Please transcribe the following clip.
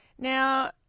Now